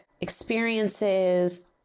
experiences